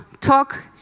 talk